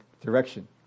direction